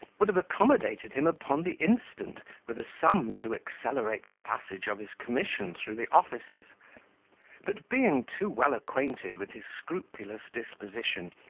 would have accommodated him upon the instant with a sum to accelerate the passage of his commission through the offices but, being too well acquainted with his scrupulous disposition,